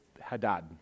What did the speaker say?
Hadad